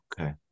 Okay